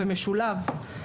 במשולב,